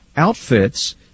Outfits